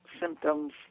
symptoms